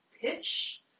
pitch